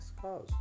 cars